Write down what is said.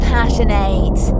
Passionate